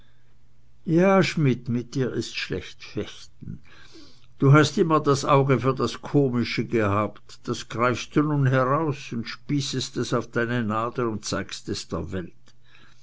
ja schmidt mit dir ist schlecht fechten du hast immer das auge für das komische gehabt das greifst du nun heraus spießest es auf deine nadel und zeigst es der welt